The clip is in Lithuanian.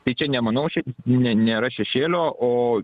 tai čia nemanau šiaip ne nėra šešėlio o